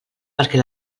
perquè